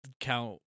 Count